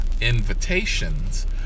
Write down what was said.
invitations